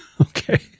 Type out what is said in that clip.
Okay